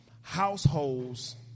households